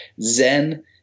zen